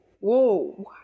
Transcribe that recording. whoa